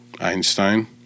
Einstein